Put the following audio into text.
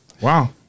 wow